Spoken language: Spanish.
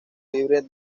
libre